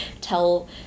tell